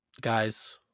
guys